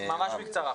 ממש בקצרה.